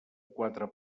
quatre